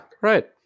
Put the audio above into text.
right